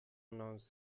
announced